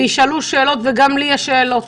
גם לי יש שאלות.